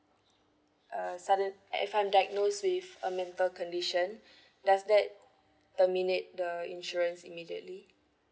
uh sudden if I'm diagnosed with a mental condition does that terminate the insurance immediately